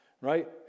right